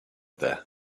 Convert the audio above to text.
there